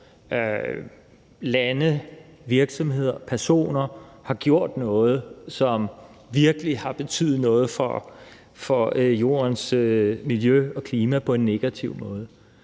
lande, virksomheder og personer har gjort noget, som virkelig har betydet noget for jordens miljø og klima på en negativ måde.